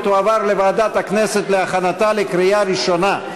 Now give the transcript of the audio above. ותועבר לוועדת הכנסת להכנתה לקריאה ראשונה,